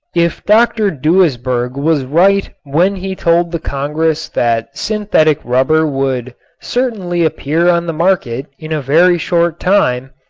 if dr. duisberg was right when he told the congress that synthetic rubber would certainly appear on the market in a very short time,